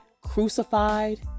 crucified